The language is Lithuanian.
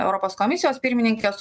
europos komisijos pirmininkės